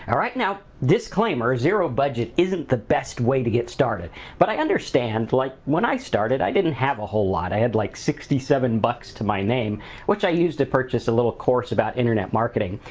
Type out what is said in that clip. right now, disclaimer, zero budget isn't the best way to get started but i understand, like, when i started, i didn't have a whole lot, i had like sixty seven bucks to my name which i used to purchase a little course about internet marketing.